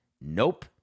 nope